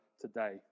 today